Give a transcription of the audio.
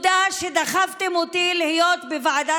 מאבק עממי, רשויות מקומיות, ועדת